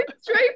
straight